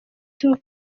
tour